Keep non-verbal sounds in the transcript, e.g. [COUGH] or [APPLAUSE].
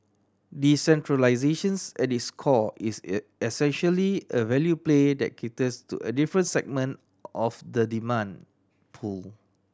decentralisations at its core is [UNINTELLIGIBLE] essentially a value play that caters to a different segment of the demand pool